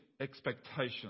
expectations